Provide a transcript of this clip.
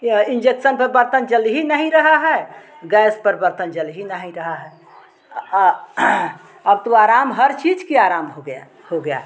यह इंजेक्सन पर बर्तन जल ही नहीं रहा है गैस पर बर्तन जल ही नहीं रहा है अब तो आराम हर चीज़ के आराम हो गया हो गया